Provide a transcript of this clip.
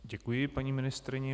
Děkuji paní ministryni.